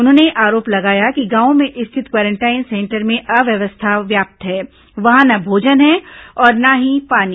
उन्होंने आरोप लगाया कि गांवों में स्थित क्वारेंटाइन सेंटर में अव्यवस्था व्याप्त है वहां न भोजन है और न ही पानी